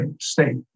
state